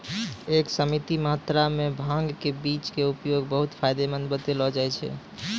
एक सीमित मात्रा मॅ भांग के बीज के उपयोग बहु्त फायदेमंद बतैलो जाय छै